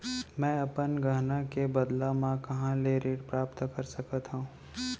मै अपन गहना के बदला मा कहाँ ले ऋण प्राप्त कर सकत हव?